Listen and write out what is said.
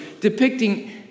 depicting